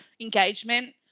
engagement